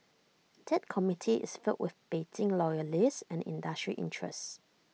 that committee is filled with Beijing loyalists and industry interests